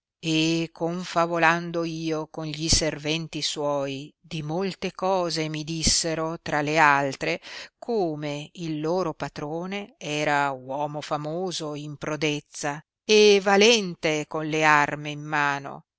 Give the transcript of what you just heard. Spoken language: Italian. e confavolando io con gli serventi suoi di molte cose mi dissero tra le altre come il loro patrone era uomo famoso in prodezza e valente con le arme in mano